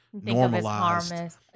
normalized